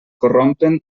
corrompen